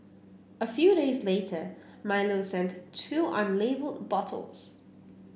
a few days later Milo sent two unlabelled bottles